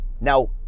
Now